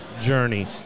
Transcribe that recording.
journey